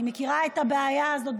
אני מכירה את הבעיה הזאת,